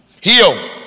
Heal